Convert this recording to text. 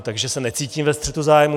Takže se necítím ve střetu zájmů.